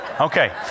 Okay